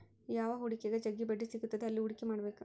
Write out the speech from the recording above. ಯಾವ ಹೂಡಿಕೆಗ ಜಗ್ಗಿ ಬಡ್ಡಿ ಸಿಗುತ್ತದೆ ಅಲ್ಲಿ ಹೂಡಿಕೆ ಮಾಡ್ಬೇಕು